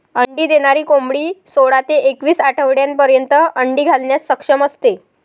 अंडी देणारी कोंबडी सोळा ते एकवीस आठवड्यांपर्यंत अंडी घालण्यास सक्षम असते